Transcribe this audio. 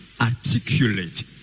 articulate